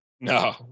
No